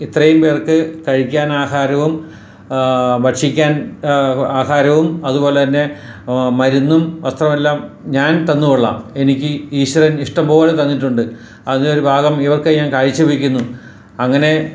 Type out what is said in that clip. ഇത്രയും പേർക്ക് കഴിക്കാൻ ആഹാരവും ഭക്ഷിക്കാൻ ആഹാരവും അതുപോലെ തന്നെ മരുന്നും വസ്ത്രവുമെല്ലാം ഞാൻ തന്നുകൊള്ളാം എനിക്ക് ഈശ്വരൻ ഇഷ്ട്ടം പോലെ തന്നിട്ടുണ്ട് അതിൽ നിന്നൊരു ഭാഗം ഇവർക്ക് ഞാൻ കാഴ്ച വെയ്ക്കുന്നു അങ്ങനെ